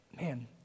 Man